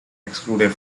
excluded